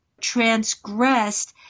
transgressed